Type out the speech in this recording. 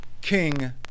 King